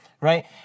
Right